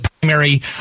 primary